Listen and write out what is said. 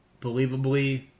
believably